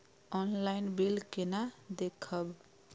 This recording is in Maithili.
ऑनलाईन बिल केना देखब?